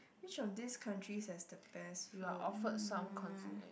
which of these country has the best food mm